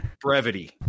Brevity